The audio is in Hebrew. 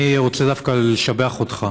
אני דווקא רוצה לשבח אותך